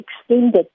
extended